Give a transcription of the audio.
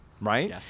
right